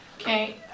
okay